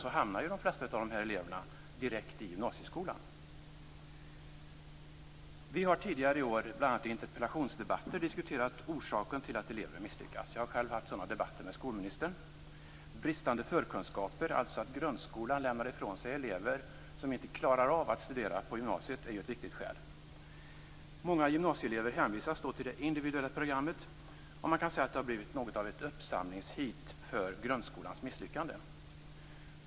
Ändå hamnar de flesta av dessa elever direkt i gymnasieskolan. Vi har tidigare i år, bl.a. i interpellationsdebatter, diskuterat orsaken till att elever misslyckas. Jag har själv haft sådana debatter med skolministern. Bristande förkunskap, alltså att grundskolan lämnar ifrån sig elever som inte klarar av att studera på gymnasiet, är ett viktigt skäl. Många gymnasieelever hänvisas då till det individuella programmet. Man kan säga att det har blivit något av ett uppsamlingsheat för grundskolans misslyckande.